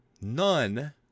None